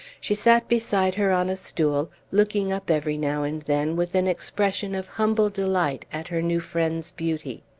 she sat beside her on a stool, looking up every now and then with an expression of humble delight at her new friend's beauty.